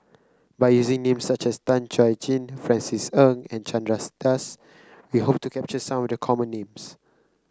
by using names such as Tan Chuan Jin Francis Ng and Chandra Das we hope to capture some of the common names